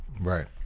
Right